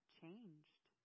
changed